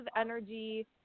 energy